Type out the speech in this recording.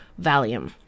valium